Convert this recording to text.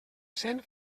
cent